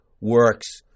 works